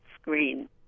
screen